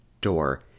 door